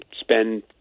spend